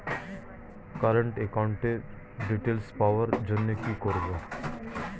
Current একাউন্টের details পাওয়ার জন্য কি করব?